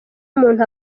umuntu